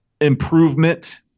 improvement